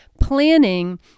planning